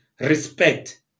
respect